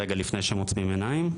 רגע לפני שהם עוצמים עיניים.